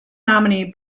nominee